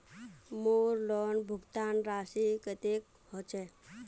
मोर लोन भुगतान राशि कतेक होचए?